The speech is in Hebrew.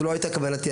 זו לא הייתה כוונתי.